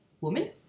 woman